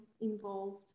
involved